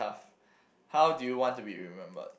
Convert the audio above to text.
how do you want to be remembered